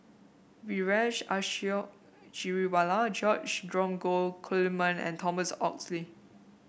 Vijesh Ashok Ghariwala George Dromgold Coleman and Thomas Oxley